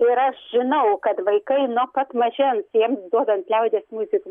ir aš žinau kad vaikai nuo pat mažens jiems duodant liaudies muziką